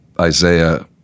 Isaiah